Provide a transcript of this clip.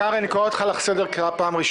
איננו נדרשים חלילה להפסיק קשרים חבריים או כלכליים,